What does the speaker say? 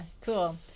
Cool